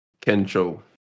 Kencho